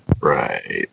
Right